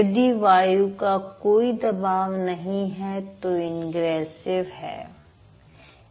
यदि वायु का कोई दबाव नहीं है तो इंग्रेसिव है